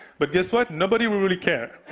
but guess what, nobody will really care.